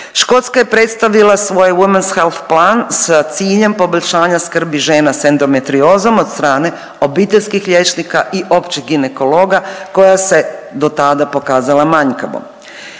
Škotska je predstavila svoj womens self plan sa ciljem poboljšanja skrbi žena sa endometriozom od strane obiteljskih liječnika i općeg ginekologa koja se do tada pokazala manjkavom.